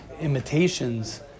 imitations